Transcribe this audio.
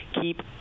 keep